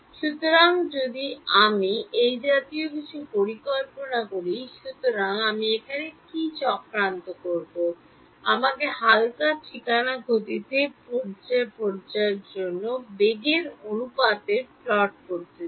সুতরাং যদি আমি এই জাতীয় কিছু পরিকল্পনা করি সুতরাং আমি এখানে কী চক্রান্ত করব আমাকে হালকা ঠিকানার গতিতে পর্যায়ের বেগের অনুপাতের প্লট করতে দিন